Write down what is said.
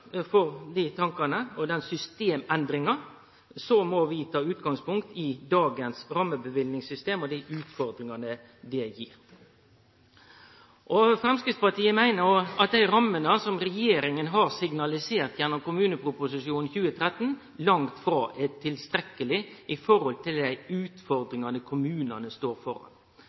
for dei tankane og den systemendringa, må vi ta utgangspunkt i dagens rammeløyvingssystem og dei utfordringane det gir. Framstegspartiet meiner at dei rammene som regjeringa har signalisert gjennom kommuneproposisjonen 2013, langt frå er tilstrekkelege i forhold til dei utfordringane kommunane står